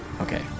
Okay